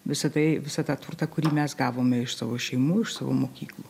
visa tai visą tą turtą kurį mes gavome iš savo šeimų iš savo mokyklų